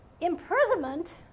imprisonment